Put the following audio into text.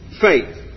faith